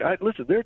listen